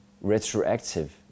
retroactive